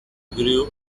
grew